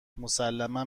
مسلما